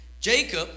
Jacob